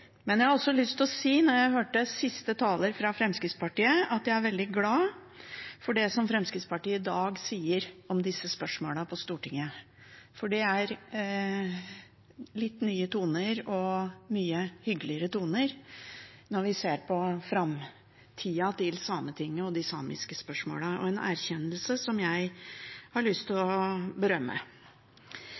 har også lyst til å si etter å ha hørt siste taler, fra Fremskrittspartiet, at jeg er veldig glad for det som Fremskrittspartiet i dag sier om disse spørsmålene på Stortinget. For det er litt nye toner – og mye hyggeligere toner – når vi ser på framtida til Sametinget og de samiske spørsmålene, og en erkjennelse som jeg har lyst til å berømme.